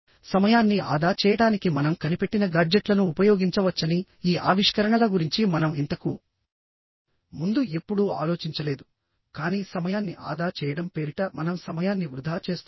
సమయాన్ని ఆదా చేయడానికి మనం కనిపెట్టిన గాడ్జెట్లను ఉపయోగించవచ్చని ఈ ఆవిష్కరణల గురించి మనం ఇంతకు ముందు ఎప్పుడూ ఆలోచించలేదు కానీ సమయాన్ని ఆదా చేయడం పేరిట మనం సమయాన్ని వృధా చేస్తున్నాము